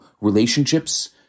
relationships